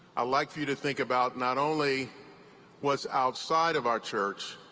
i'd like for you to think about not only what's outside of our church,